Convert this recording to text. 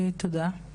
תודה.